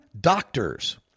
doctors